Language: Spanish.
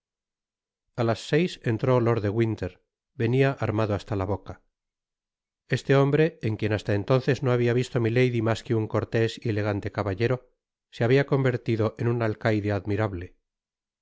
a las seis entró lord de winter venia armado hasta la boca este hombre en quien hasta entonces no habia visto milady mas que un cortés y elegante caballero se habia convertido en un alcaide admirable